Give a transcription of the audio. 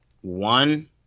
one